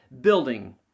building